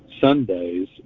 Sundays